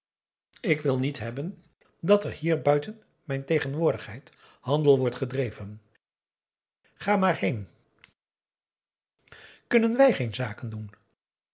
ik wil niet hebben dat er hier buiten mijn tegenwoordigheid handel wordt gedreven ga maar heen kunnen